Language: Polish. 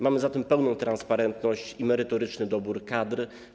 Mamy zatem pełną transparentność i merytoryczny dobór kadr.